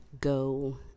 go